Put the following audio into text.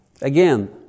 Again